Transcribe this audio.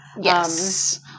yes